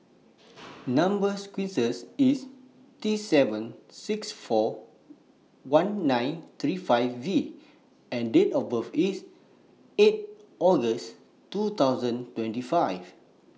Number sequence IS T seven six four one nine three five V and Date of birth IS eight August two thousand twenty five